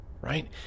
right